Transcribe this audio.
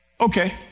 Okay